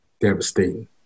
Devastating